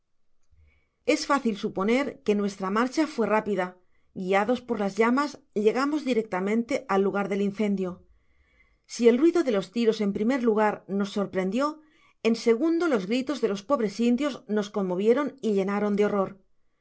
es fácil suponer que nuestra marcha fué rápida guiados por las llamas llegamos directamente al lugar del incendio si el ruido de los tiros en primer lugar nos sorprendió en segando los gritos de los pobres indios nos conmovieron y llenaron de horror